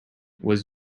was